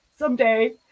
someday